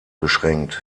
beschränkt